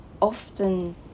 often